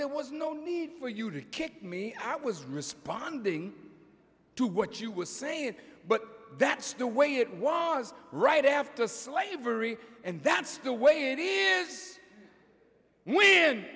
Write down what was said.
there was no need for you to kick me i was responding to what you were saying but that's the way it was right after slavery and that's the way it is w